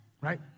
right